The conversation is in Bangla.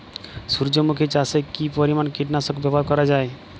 সূর্যমুখি চাষে কি পরিমান কীটনাশক ব্যবহার করা যায়?